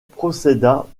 procéda